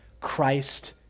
Christ